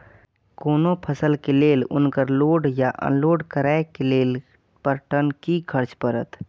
कोनो फसल के लेल उनकर लोड या अनलोड करे के लेल पर टन कि खर्च परत?